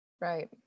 right